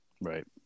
Right